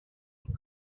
and